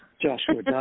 Joshua